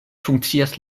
funkcias